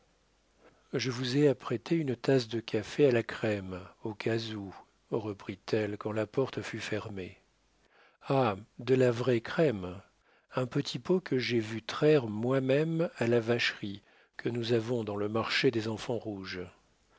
je vous ai apprêté une tasse de café à la crème au cas où reprit-elle quand la porte fut fermée ah de la vraie crème un petit pot que j'ai vu traire moi-même à la vacherie que nous avons dans le marché des enfants rouges